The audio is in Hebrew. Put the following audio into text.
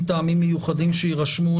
מטעמים מיוחדים שיירשמו,